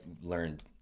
learned